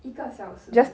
一个小时